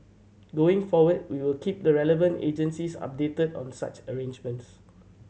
going forward we will keep the relevant agencies updated on such arrangements